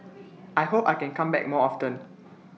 I hope I can come back more often